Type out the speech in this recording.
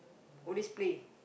always play